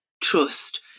trust